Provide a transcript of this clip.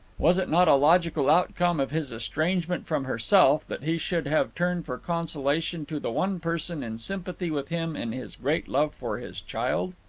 was it not a logical outcome of his estrangement from herself that he should have turned for consolation to the one person in sympathy with him in his great love for his child?